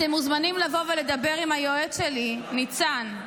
אתם מוזמנים לבוא ולדבר עם היועץ שלי ניצן,